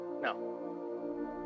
No